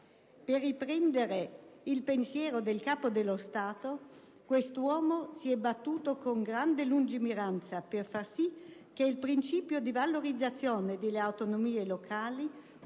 Per riprendere il pensiero del Capo dello Stato, quest'uomo si è battuto con grande lungimiranza per far sì che il principio di valorizzazione delle autonomie locali